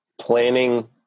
planning